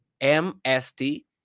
MST